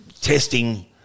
testing